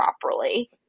properly